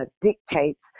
dictates